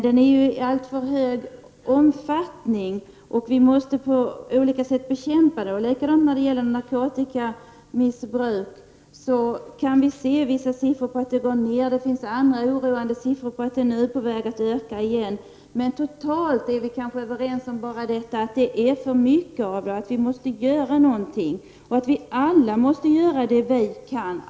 Den har alltför hög omfattning, och vi måste på olika sätt bekämpa den. När det gäller narkotikamissbruket finns vissa siffror på att det går ner och vissa oroande siffror på att det är på väg att öka igen. Totalt sett är vi kanske överens om att det finns för mycket narkotikamissbruk och att vi måste göra något. Vi måste alla göra det vi kan.